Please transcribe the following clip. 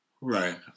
Right